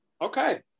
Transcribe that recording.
Okay